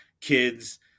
kids